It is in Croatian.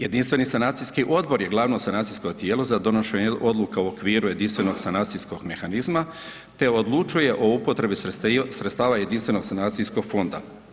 Jedinstveni sanacijski odbor je glavno financijsko tijelo za donošenje odluka u okviru Jedinstvenog sanacijskog mehanizma te odlučuje o upotrebi sredstava Jedinstvenog sanacijskog fonda.